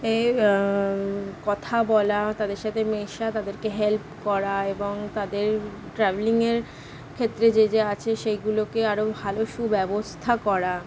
এই কথা বলা তাদের সাথে মেশা তাদেরকে হেল্প করা এবং তাদের ট্রাভেলিংয়ের ক্ষেত্রে যে যে আছে সেগুলোকে আরো ভালো সুব্যবস্থা করা